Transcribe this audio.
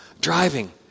driving